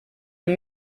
amb